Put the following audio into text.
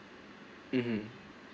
mm